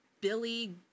Billy